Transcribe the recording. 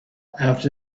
out